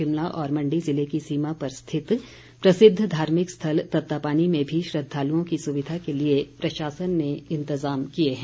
शिमला और मंडी ज़िले की सीमा पर स्थित प्रसिद्ध धार्मिक स्थल तत्तापानी में भी श्रद्वालुओं की सुविधा के लिए प्रशासन ने इंतज़ाम किए हैं